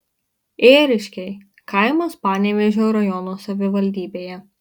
ėriškiai kaimas panevėžio rajono savivaldybėje